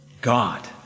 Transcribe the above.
God